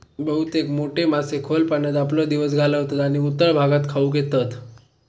बहुतेक मोठे मासे खोल पाण्यात आपलो दिवस घालवतत आणि उथळ भागात खाऊक येतत